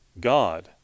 God